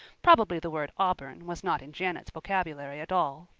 probably the word auburn was not in janet's vocabulary at all.